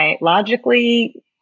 logically